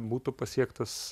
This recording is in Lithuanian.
būtų pasiektas